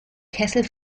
kessel